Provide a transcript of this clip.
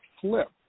flip